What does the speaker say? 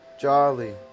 jolly